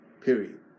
Period